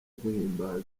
guhimbaza